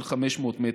500 מטרים.